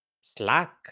Slack